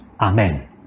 Amen